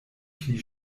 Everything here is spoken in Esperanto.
pli